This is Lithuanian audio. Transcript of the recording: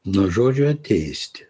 nuo žodžio teisti